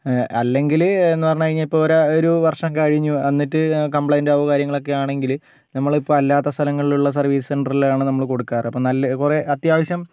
അല്ലെങ്കിലെന്നു പറഞ്ഞുകഴിഞ്ഞാൽ ഇപ്പോൾ ഒരു ഒരു വർഷം കഴിഞ്ഞു അന്നിട്ട് കംപ്ലയിന്റ് ആവുകയും കാര്യങ്ങളൊക്കെയാണെങ്കിൽ നമ്മളിപ്പം അല്ലാത്ത സ്ഥലങ്ങളിലുള്ള സർവീസ് സെന്ററിലാണ് നമ്മൾ കൊടുക്കാറ് അപ്പം നല്ല കുറേ അത്യാവശ്യം